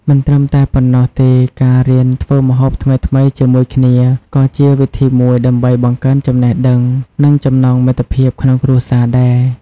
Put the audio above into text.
មិនត្រឹមតែប៉ុណ្ណោះទេការរៀនធ្វើម្ហូបថ្មីៗជាមួយគ្នា ក៏ជាវិធីមួយដើម្បីបង្កើនចំណេះដឹង និងចំណងមិត្តភាពក្នុងគ្រួសារដែរ ។